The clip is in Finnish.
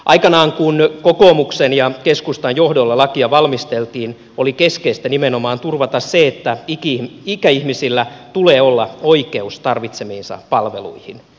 aikanaan kun kokoomuksen ja keskustan johdolla lakia valmisteltiin oli keskeistä nimenomaan turvata se että ikäihmisillä tulee olla oikeus tarvitsemiinsa palveluihin